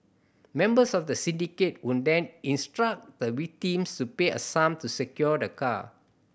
members of the syndicate would then instruct the victims to pay a sum to secure the car